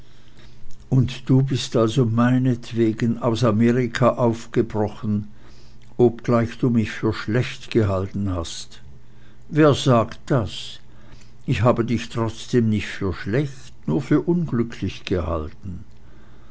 und du bist also meinetwegen aus amerika aufgebrochen obgleich du mich für schlecht gehalten hast wer sagt das ich habe dich trotzdem nicht für schlecht nur für unglücklich gehalten